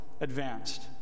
advanced